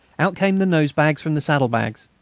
out came the nosebags from the saddlebags.